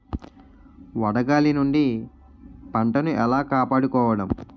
వడగాలి నుండి పంటను ఏలా కాపాడుకోవడం?